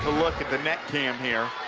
look at the net cam here,